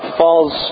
falls